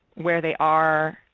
where they are,